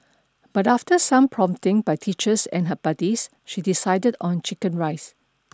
but after some prompting by teachers and her buddies she decided on chicken rice